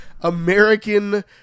American